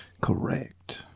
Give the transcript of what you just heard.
Correct